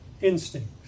instincts